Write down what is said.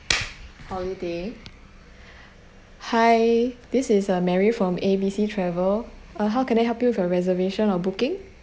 holiday hi this is uh marry from a b c travel ah how can I help you with your reservation or booking